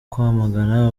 kwamagana